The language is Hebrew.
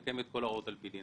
ניתן את כל ההוראות על פי דין.